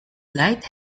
light